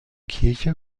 kirche